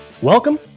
Welcome